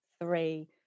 three